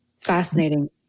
Fascinating